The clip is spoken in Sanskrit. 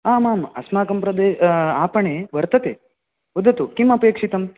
आम् आम् अस्माकं प्रदे आपणे वर्तते वदतु किम् अपेक्षितं